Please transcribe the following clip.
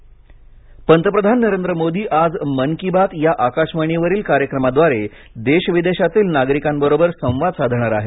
मन की बात पंतप्रधान नरेंद्र मोदी आज मन की बात या आकाशवाणीवरील कार्यक्रमाद्वारे देश विदेशातील नागरिकांबरोबर संवाद साधणार आहेत